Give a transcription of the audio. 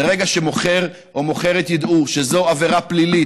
ברגע שמוכר או מוכרת ידעו שזו עבירה פלילית